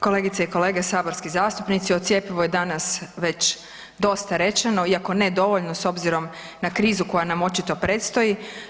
Kolegice i kolege saborski zastupnici, o cjepivu je danas već dosta rečeno iako ne dovoljno s obzirom na krizu koje nam očito predstoji.